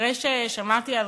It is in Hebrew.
אחרי ששמעתי על